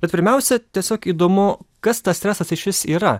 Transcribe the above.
bet pirmiausia tiesiog įdomu kas tas stresas išvis yra